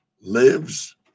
lives